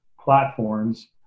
platforms